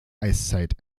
eiszeit